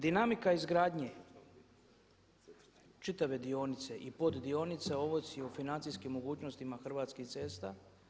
Dinamika izgradnje čitave dionice i poddionice ovisi o financijskim mogućnostima Hrvatskih cesta.